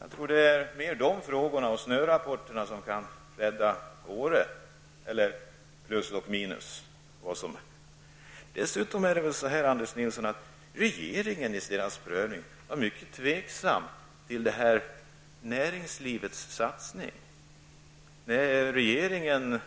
Jag tror att goda snörapporter bättre än sådana åtgärder kan rädda Åre. Regeringen var mycket tveksam vid sin prövning till näringslivets satsning, Anders Nilsson. Regeringen